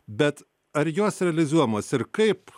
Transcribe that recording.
bet ar jos realizuojamos ir kaip